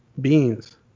beings